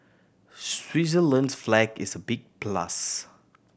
Switzerland's flag is a big plus